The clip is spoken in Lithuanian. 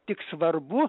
tik svarbu